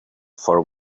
for